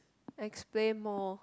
explain more